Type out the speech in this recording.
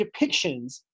depictions